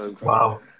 Wow